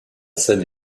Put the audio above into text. scène